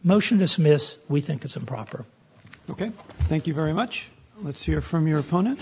motion dismiss we think it's improper ok thank you very much let's hear from your opponent